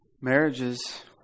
Marriages